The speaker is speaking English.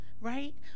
right